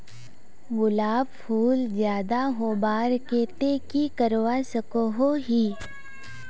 गुलाब फूल ज्यादा होबार केते की करवा सकोहो ही?